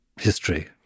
history